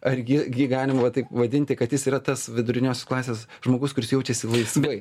argi gi galima va taip vadinti kad jis yra tas viduriniosios klasės žmogus kuris jaučiasi laisvai